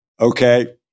okay